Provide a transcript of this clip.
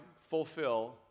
fulfill